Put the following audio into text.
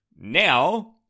Now